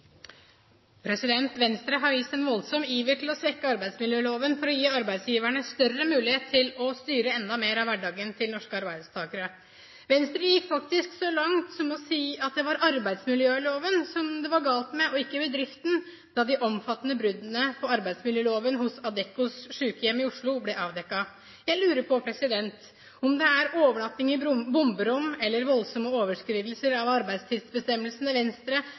seg. Venstre har vist en voldsom iver etter å svekke arbeidsmiljøloven for å gi arbeidsgiverne større mulighet til å styre enda mer av hverdagen til norske arbeidstakere. Venstre gikk faktisk så langt som å si at det var arbeidsmiljøloven som det var noe galt med, og ikke bedriften, da de omfattende bruddene på arbeidsmiljøloven hos Adeccos sjukehjem i Oslo ble avdekket. Jeg lurer på om det er overnatting i bomberom eller voldsomme overskridelser av arbeidstidsbestemmelsene Venstre